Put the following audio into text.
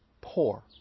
poor